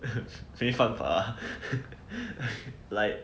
没办法 like